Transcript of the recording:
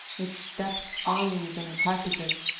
its steps awninged and carpeted,